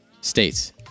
states